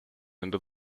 into